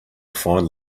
find